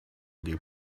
they